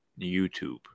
YouTube